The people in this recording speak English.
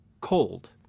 cold